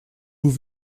vous